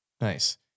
Nice